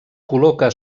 col·loca